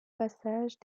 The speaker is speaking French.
passages